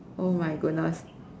oh my goodness